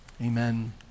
Amen